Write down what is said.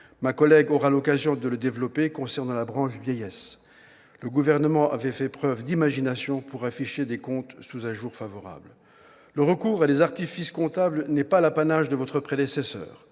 Dindar aura l'occasion de le développer concernant la branche vieillesse : le Gouvernement avait fait preuve d'imagination pour afficher des comptes sous un jour favorable. Le recours à des artifices comptables n'est pas l'apanage de votre prédécesseur